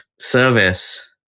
service